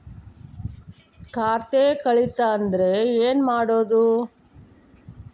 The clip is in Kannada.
ಖಾತೆ ಕಳಿತ ಅಂದ್ರೆ ಏನು ಮಾಡೋದು?